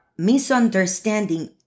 Misunderstanding